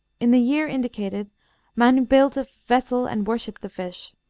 in the year indicated mann built a vessel and worshipped the fish.